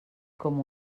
com